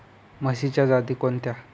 म्हशीच्या जाती कोणत्या?